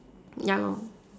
ya lor